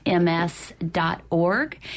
ms.org